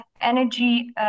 energy